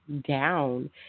down